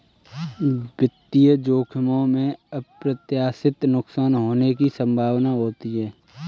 वित्तीय जोखिमों में अप्रत्याशित नुकसान होने की संभावना होती है